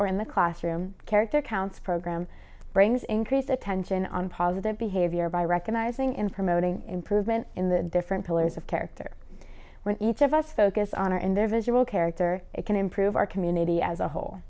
or in the classroom character counts program brings increased attention on positive behavior by recognizing in promoting improvement in the different pillars of character when each of us focus on or in their visual character it can improve our community as a whole